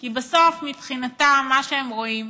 כי בסוף, מבחינתם, מה שהם רואים